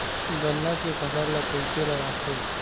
गन्ना के फसल ल कइसे लगाथे?